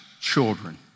children